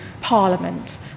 Parliament